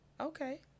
okay